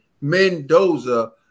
Mendoza